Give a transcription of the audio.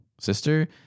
sister